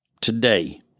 Today